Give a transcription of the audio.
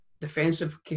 defensive